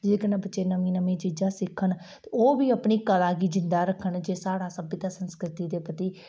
जेह्द कन्नै बच्चे नमियां नमियां चीजां सिक्खन ते ओह् बी अपनी कला गी जींदा रक्खन जेह्ड़ा साढ़ी सभ्यता संस्कृति दे प्रति